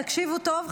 תקשיבו טוב,